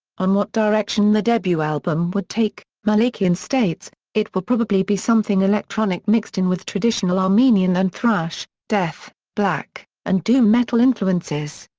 on what direction the debut album would take, malakian states it will probably be something electronic mixed in with traditional armenian and thrash, death, black, and doom metal influences.